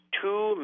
two